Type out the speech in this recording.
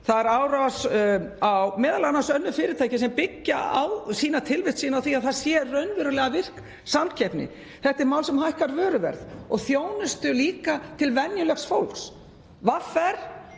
Það er árás á m.a. önnur fyrirtæki sem byggja tilvist sína á því að það sé raunverulega virk samkeppni. Þetta er mál sem hækkar vöruverð og þjónustu líka til venjulegs fólks. VR,